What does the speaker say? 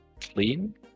clean